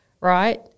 right